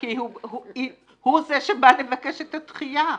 הוא זה שבא לבקש את הדחייה.